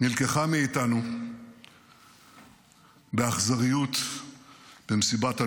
נלקחה מאיתנו באכזריות במסיבת הנובה.